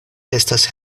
estas